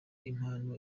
impano